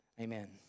amen